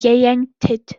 ieuenctid